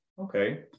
okay